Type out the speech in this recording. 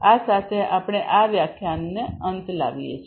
આ સાથે આપણે અંત લાવીએ છે